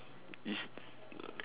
is